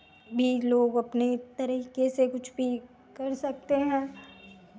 भी लोग अपनी ये तरीके से कुछ भी कर सकते हैं